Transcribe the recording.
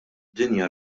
dinja